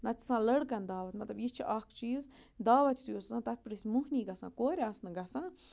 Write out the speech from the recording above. نَتہٕ چھِ آسان لٔڑکَن دعوت مطلب یہِ چھِ اَکھ چیٖز دعوت یُتھُے اوس آسان تَتھ پٮ۪ٹھ ٲسۍ موٚہنی گژھان کورِ آسہٕ نہٕ گژھان